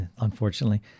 Unfortunately